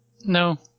No